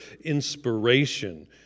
inspiration